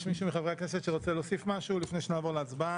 יש מישהו מחברי הכנסת שרוצה להוסיף משהו לפני שנעבור להצבעה?